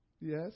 Yes